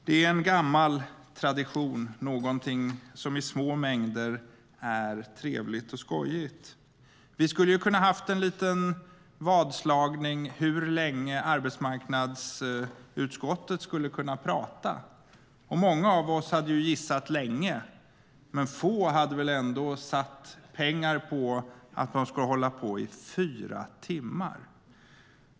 Det är en gammal tradition och någonting som i små mängder är trevligt och skojigt. Vi skulle kunna ha haft en liten vadslagning om hur länge arbetsmarknadsutskottet skulle kunna prata. Många av oss hade gissat länge, men få hade väl ändå satt pengar på att de skulle hålla på i fyra timmar!